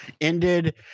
ended